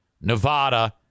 Nevada